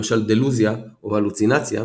למשל דלוזיה או הלוצינציה,